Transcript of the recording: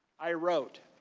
i wrote,